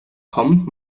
kommend